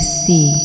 see